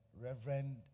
Reverend